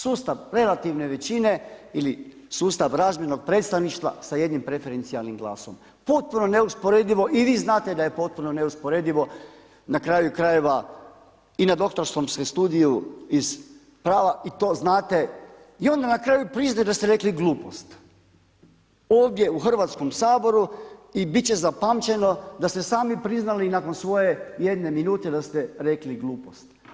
Sustav relativne većine ili sustav razmjernog predstavništva sa jednim preferencijalnim glasom, potpuno neusporedivo i vi znate da je potpuno neusporedivo, na kraju krajeva i na doktorskom ste studiju iz prava i to znate i onda na kraju priznajete da ste rekli glupost ovdje u Hrvatskom saboru i bit će zapamćeno da ste sami priznali nakon svoje jedne minute da ste rekli glupost.